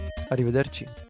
Arrivederci